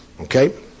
okay